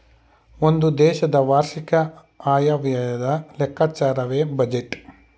ಒಂದು ದೇಶದ ವಾರ್ಷಿಕ ಆಯವ್ಯಯದ ಲೆಕ್ಕಾಚಾರವೇ ಬಜೆಟ್